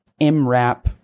MRAP